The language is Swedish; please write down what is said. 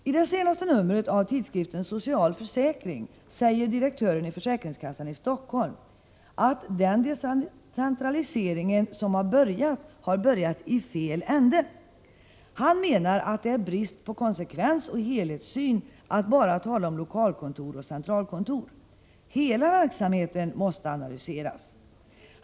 I det senaste numret av tidskriften Social försäkring säger direktören i försäkringskassan i Stockholm att ”decentraliseringen har börjat i fel ände”. Han menar att det är brist på konsekvens och helhetssyn att bara tala om lokalkontor och centralkontor. Hela verksamheten måste analyseras.